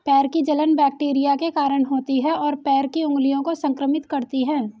पैर की जलन बैक्टीरिया के कारण होती है, और पैर की उंगलियों को संक्रमित करती है